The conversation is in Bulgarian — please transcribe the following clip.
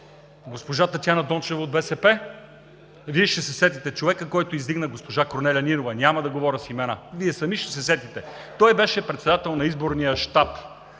госпожа Татяна Дончева от БСП? Вие ще се сетите – човекът, който издигна госпожа Корнелия Нинова, няма да говоря с имена. Вие сами ще се сетите. Той беше председател на изборния щаб.